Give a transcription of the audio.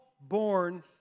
born